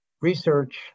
research